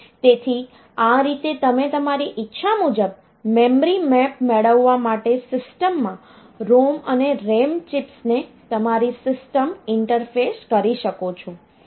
તેથી આ રીતે તમે તમારી ઈચ્છા મુજબ મેમરી મેપ મેળવવા માટે સિસ્ટમમાં ROM અને RAM ચિપ્સને તમારી સિસ્ટમ ઈન્ટરફેસ કરી શકો છો